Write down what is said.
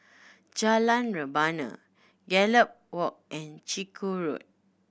Jalan Rebana Gallop Walk and Chiku Road